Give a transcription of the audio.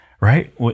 right